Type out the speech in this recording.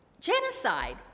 Genocide